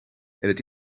het